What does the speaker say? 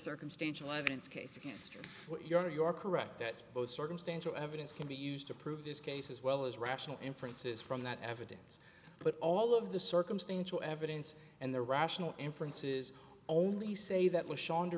circumstantial evidence case against what you are your correct that both circumstantial evidence can be used to prove this case as well as rational inferences from that evidence but all of the circumstantial evidence and the rational inferences only say that was shawn to